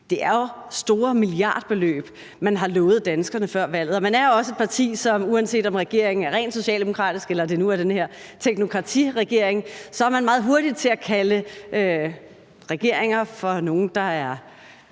Det er jo store milliardbeløb, man har lovet danskerne før valget, og man er også et parti, som – uanset om regeringen er rent socialdemokratisk eller det nu er den her teknokratiregering – er meget hurtige til at kalde regeringer vælgerbedragere